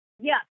Yes